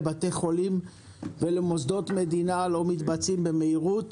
לבתי חולים ולמוסדות מדינה לא מתבצעים במהירות?